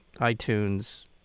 iTunes